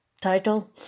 title